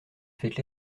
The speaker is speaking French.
faites